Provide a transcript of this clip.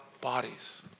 bodies